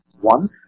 One